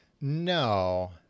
No